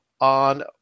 on